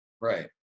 right